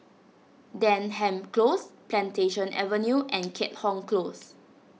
Denham Close Plantation Avenue and Keat Hong Close